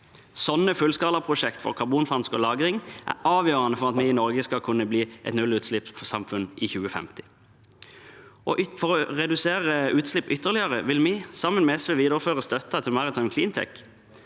Sånne fullskala prosjekt for karbonfangst og -lagring er avgjørende for at vi i Norge skal kunne bli et nullutslippssamfunn i 2050. For å redusere utslipp ytterligere vil vi, sammen med SV, videreføre støtten til Maritime Cleantech.